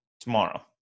tomorrow